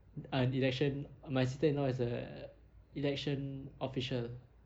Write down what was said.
err election my sister-in-law is a election official